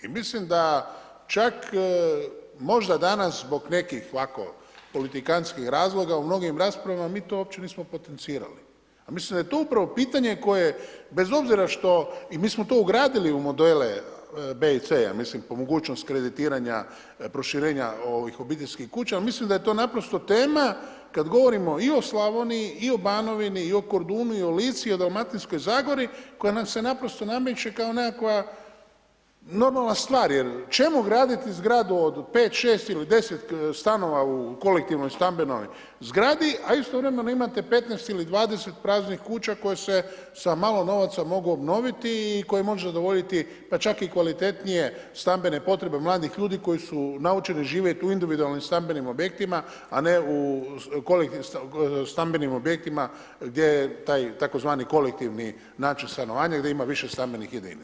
I mislim da čak možda danas zbog nekih ovako politikantskih razloga u mnogim raspravama, mi to uopće nismo potencirali a mislim da je to upravo pitanje koje bez obzira što, i mi smo to ugradili b i c ja mislim, o mogućnosti kreditiranja proširenja ovih obiteljskih kuća, ali mislim da je to naprosto tema kad govorimo i o Slavoniji i o Banovini i o Kordunu i o Lici i o dalmatinskoj zagori koja nam se naprosto nameće kao nekakva normalna stvar jer čemu graditi zgradu od 5, 6 ili 10 stanova u kolektivnoj stambenoj zgradi a istovremeno imate 15 ili 20 praznih kuća koje se sa malo novaca obnoviti i koje mogu zadovoljiti pa čak i kvalitetnije stambene potrebe mladih ljudi koji su naučeni živjeti u individualnim stambenih objektima a ne u kolektivnim stambenim objektima gdje je taj tzv. kolektivni način stanovanja, gdje ima više stambenih jedinica.